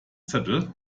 zettel